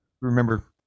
remember